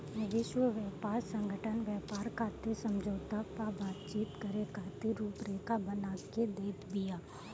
विश्व व्यापार संगठन व्यापार खातिर समझौता पअ बातचीत करे खातिर रुपरेखा बना के देत बिया